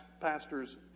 pastors